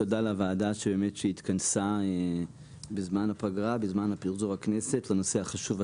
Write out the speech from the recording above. תודה לוועדה שהתכנסה בזמן הפגרה לצורך דיון בנושא החשוב הזה,